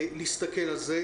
להסתכל על זה,